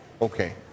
okay